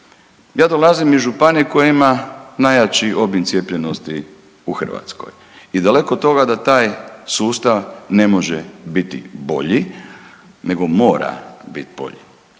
Ja dolazim iz županije koja ima najjači obim cijepljenosti u Hrvatskoj i daleko od toga da taj sustav ne može biti bolji, nego mora biti bolji.